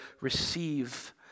receive